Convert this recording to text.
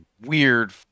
weird